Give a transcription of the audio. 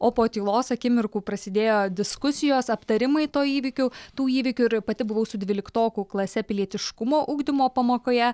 o po tylos akimirkų prasidėjo diskusijos aptarimai to įvykių tų įvykių ir pati buvau su dvyliktokų klase pilietiškumo ugdymo pamokoje